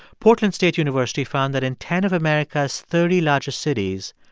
portland state university found that in ten of america's thirty largest cities,